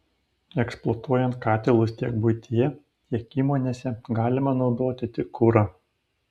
eksploatuojant katilus tiek buityje tiek įmonėse galima naudoti tik kurą